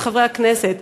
את חברי הכנסת.